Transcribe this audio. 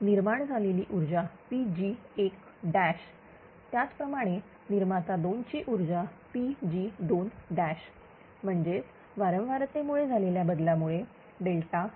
हे निर्माण झालेली ऊर्जा Pg1त्याचप्रमाणे निर्माता दोन ची ऊर्जा Pg2 म्हणजेच वारंवारते मुळे झालेल्या बदलामुळे F